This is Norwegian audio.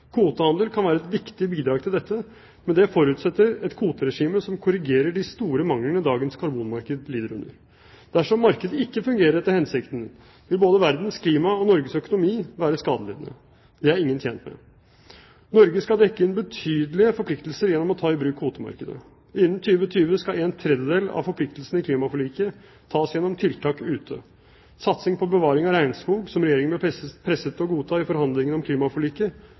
Kvotehandel kan være et viktig bidrag til dette, men det forutsetter et kvoteregime som korrigerer de store manglene dagens karbonmarked lider under. Dersom markedet ikke fungerer etter hensikten, vil både verdens klima og Norge økonomi være skadelidende. Det er ingen tjent med. Norge skal dekke inn betydelige forpliktelser gjennom å ta i bruk kvotemarkedet. Innen 2020 skal en tredjedel av forpliktelsene i klimaforliket tas gjennom tiltak ute. Satsingen på bevaring av regnskog, som Regjeringen ble presset til å godta i forhandlingene om klimaforliket,